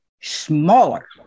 smaller